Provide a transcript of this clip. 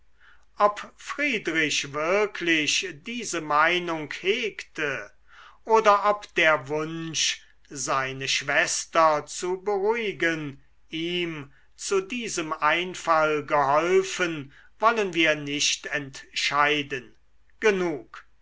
ob friedrich wirklich diese meinung hegte oder ob der wunsch seine schwester zu beruhigen ihm zu diesem einfall geholfen wollen wir nicht entscheiden genug